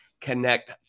connect